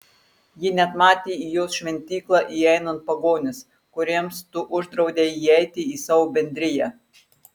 ji net matė į jos šventyklą įeinant pagonis kuriems tu uždraudei įeiti į savo bendriją